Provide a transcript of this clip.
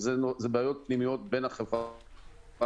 דברים שאנחנו מדברים עליהם כבר 10 חודשים.